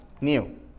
new